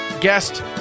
guest